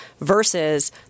versus